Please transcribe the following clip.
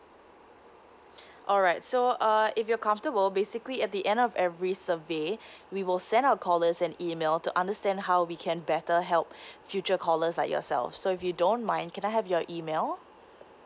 alright so uh if you're comfortable basically at the end of every survey we will send our callers an email to understand how we can better help future callers like yourself so if you don't mind can I have your email